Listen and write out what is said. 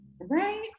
Right